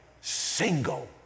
single